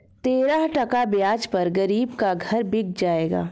तेरह टका ब्याज पर गरीब का घर बिक जाएगा